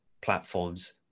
platforms